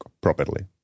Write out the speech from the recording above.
properly